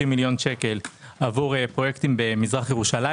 מיליון שקל עבור פרויקטים במזרח ירושלים.